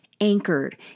anchored